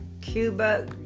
Cuba